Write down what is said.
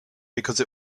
because